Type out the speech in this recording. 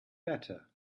better